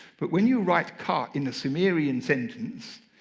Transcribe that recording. but when you write ka in a sumerian sentence,